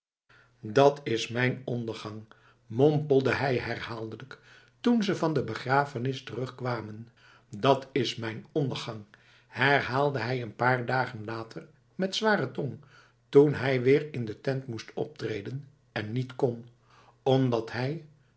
dat is mijn ondergang mompelde hij herhaaldelijk toen ze van de begrafenis terugkwamen dat's mijn ondergang herhaalde hij een paar dagen later met zware tong toen hij weer in de tent moest optreden en niet kon omdat hij